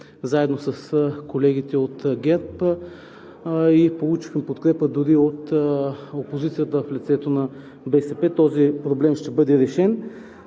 заедно с колегите от ГЕРБ, получихме подкрепа дори от опозицията в лицето на БСП, този проблем ще бъде решен.